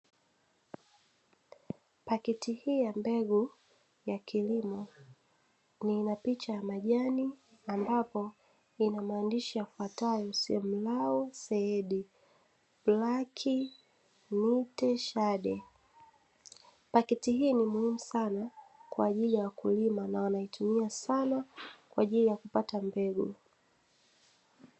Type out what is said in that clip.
Paketi hii ya mbegu ya kilimo yenye picha ya majani ambapo ina maandishi yafuatayo sehemu lao said blacky mite shade, paketi hii ni muhimu sana kwa ajili ya wakulima na wanaitumia sana kwa ajili ya kupata mbegu.